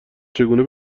چگونه